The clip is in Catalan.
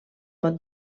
pot